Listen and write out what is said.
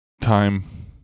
time